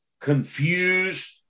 confused